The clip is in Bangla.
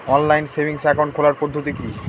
অনলাইন সেভিংস একাউন্ট খোলার পদ্ধতি কি?